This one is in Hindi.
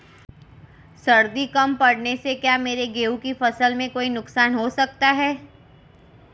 सर्दी कम पड़ने से क्या मेरे गेहूँ की फसल में कोई नुकसान हो सकता है?